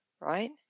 right